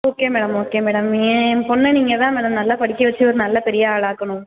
okay madam okay madam ஏன் பொண்ணை நீங்கள் தான் மேடம் நல்லா படிக்கவச்சு ஒரு நல்லா பெரிய ஆளாக ஆக்கணும்